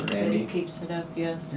keeps it up, yes.